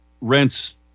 rents